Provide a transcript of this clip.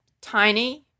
tiny